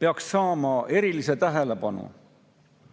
peaks saama erilise tähelepanu